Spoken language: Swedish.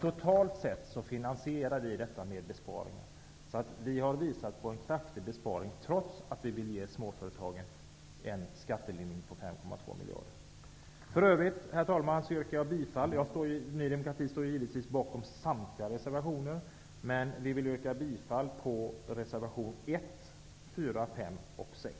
Totalt sett finansierar vi detta med besparingar. Vi har visat på en kraftig besparing, trots att vi vill ge småföretagen en skattelindring på 5,2 miljarder. Herr talman! Ny demokrati står givetvis bakom samtliga reservationer. Men jag yrkar endast bifall till reservationerna 1, 4, 5 och 6.